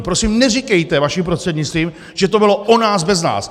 Prosím, neříkejte, vaším prostřednictvím, že to bylo o nás bez nás.